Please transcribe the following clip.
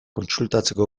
kontsultatzeko